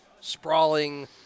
sprawling